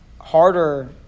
harder